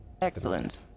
Excellent